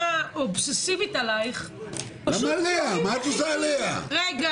אובססיבית עליך פשוט אומרים לא נכונים.